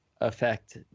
affect